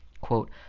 Quote